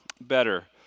better